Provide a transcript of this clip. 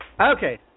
Okay